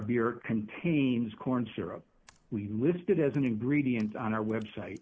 beer contains corn syrup we listed as an ingredient on our website